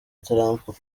trump